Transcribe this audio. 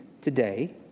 today